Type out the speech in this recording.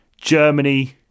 Germany